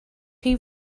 chi